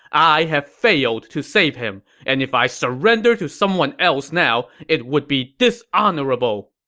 i have failed to save him, and if i surrender to someone else now, it would be dishonorable!